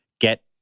get